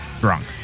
drunk